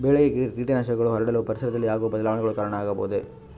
ಬೆಳೆಗೆ ಕೇಟನಾಶಕಗಳು ಹರಡಲು ಪರಿಸರದಲ್ಲಿ ಆಗುವ ಬದಲಾವಣೆಗಳು ಕಾರಣ ಆಗಬಹುದೇ?